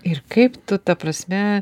ir kaip tu ta prasme